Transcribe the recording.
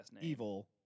evil